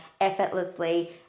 effortlessly